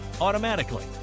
automatically